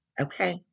Okay